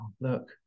Look